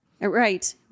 Right